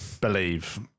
believe